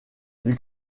lui